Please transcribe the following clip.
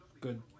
good